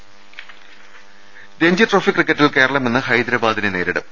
ൃ രഞ്ജി ട്രോഫി ക്രിക്കറ്റിൽ കേരളം ഇന്ന് ഹൈദരാബാദിനെ നേരിടും